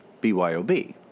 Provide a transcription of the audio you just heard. BYOB